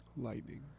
Lightning